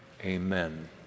Amen